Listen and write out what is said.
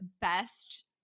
best